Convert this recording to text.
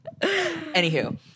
Anywho